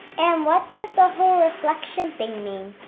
and what does the whole reflection thing mean?